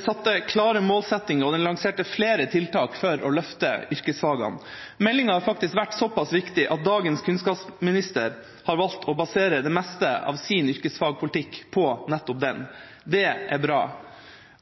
satte klare målsettinger, og den lanserte flere tiltak for å løfte yrkesfagene. Meldinga har faktisk vært såpass viktig at dagens kunnskapsminister har valgt å basere det meste av sin yrkesfagpolitikk på nettopp den. Det er bra.